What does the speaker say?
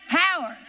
power